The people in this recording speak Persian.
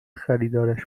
خریدارش